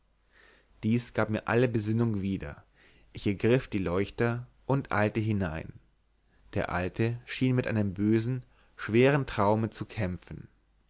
dies gab mir alle besinnung wieder ich ergriff die leuchter und eilte hinein der alte schien mit einem bösen schweren traume zu kämpfen